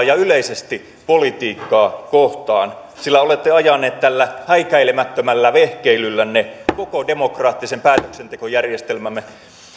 ja yleisesti politiikkaa kohtaan sillä olette ajaneet tällä häikäilemättömällä vehkeilyllänne koko demokraattisen päätöksentekojärjestelmämme